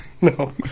No